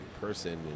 person